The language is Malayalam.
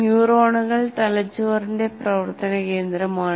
ന്യൂറോണുകൾ തലച്ചോറിന്റെ പ്രവർത്തന കേന്ദ്രമാണ്